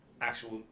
actual